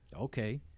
okay